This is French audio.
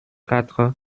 quatre